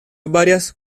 varias